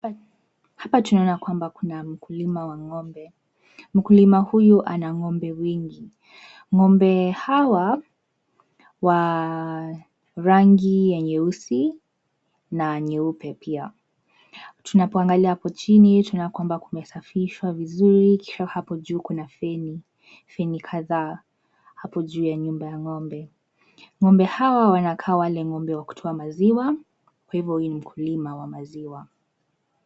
Hapa tunaona kwamba kuna mkulima wa ng'ombe. Mkulima huyu ana ng'ombe wengi. Ng'ombe hawa wa rangi yenye weusi na nyeupe. Pia tunapoangalia hapo chini, tunakuomba kumesafishwa vizuri, kisha hapo juu kuna feni ,feni kadhaa hapo juu ya nyumba ya ng'ombe. Ng'ombe hawa wanakaa wale ng'ombe wa kutoa maziwa kwa hivyo huyu ni mkulima wa maziwa.